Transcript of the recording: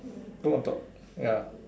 two on top ya